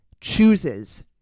chooses